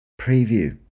preview